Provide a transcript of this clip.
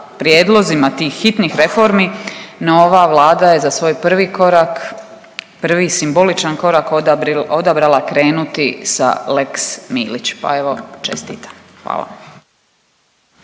prijedlozima tih hitnih reformi, no ova Vlada je za svoj prvi korak, prvi simboličan korak odabrala krenuti sa lex Milić, pa evo čestitam, hvala.